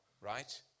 right